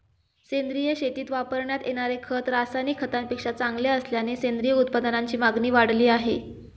सेंद्रिय शेतीत वापरण्यात येणारे खत रासायनिक खतांपेक्षा चांगले असल्याने सेंद्रिय उत्पादनांची मागणी वाढली आहे